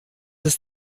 ist